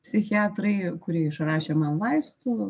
psichiatrai kurie išrašė man vaistų